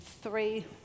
three